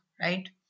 right